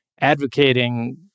advocating